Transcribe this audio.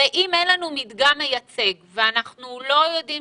הרי אם אין לנו מדגם מייצג ואנחנו לא יודעים